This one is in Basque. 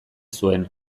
zuen